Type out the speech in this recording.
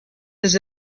les